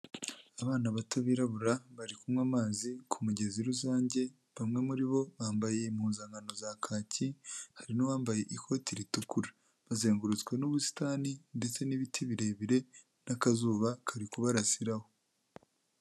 Abana bato birarabura bari kunywa amazi ku mugezi rusange, bamwe muri bo bambaye impuzankano za kaki hari n'uwambaye ikoti ritukura, bazengurutswe n'ubusitani ndetse n'ibiti birebire n'akazuba kari kubarasiraho.